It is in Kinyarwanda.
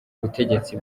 butegetsi